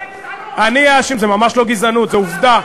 אני אאשים, זה ממש לא גזענות, זה עובדה.